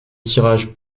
tirage